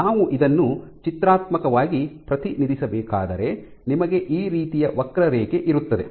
ನಾನು ಇದನ್ನು ಚಿತ್ರಾತ್ಮಕವಾಗಿ ಪ್ರತಿನಿಧಿಸಬೇಕಾದರೆ ನಿಮಗೆ ಈ ರೀತಿಯ ವಕ್ರರೇಖೆ ಇರುತ್ತದೆ